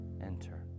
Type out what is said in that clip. enter